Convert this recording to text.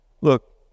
look